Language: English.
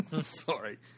sorry